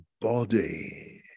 body